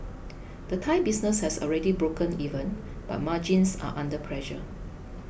the Thai business has already broken even but margins are under pressure